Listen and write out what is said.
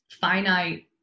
finite